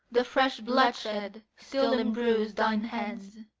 the fresh bloodshed still imbrues thine hands,